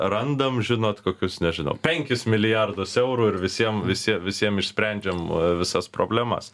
randam žinot kokius nežinau penkis milijardus eurų ir visiem visi visiem išsprendžiam visas problemas